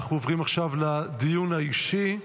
אנחנו עוברים עכשיו לדיון האישי.